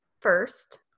first